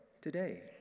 today